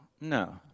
no